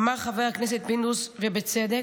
אמר חבר הכנסת פינדרוס, ובצדק,